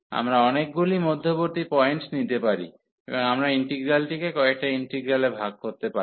আমরা অনেকগুলি মধ্যবর্তী পয়েন্ট নিতে পারি এবং আমরা ইন্টিগ্রালটিকে কয়েকটি ইন্টিগ্রালে ভাগ করতে পারি